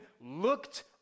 looked